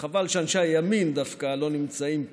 וחבל שאנשי הימין דווקא לא נמצאים פה.